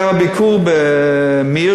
כשהוא היה בביקור ב"מיר",